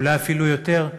אולי אפילו יותר,